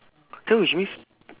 then which means